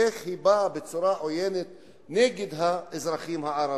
איך היא באה בצורה עוינת נגד האזרחים הערבים,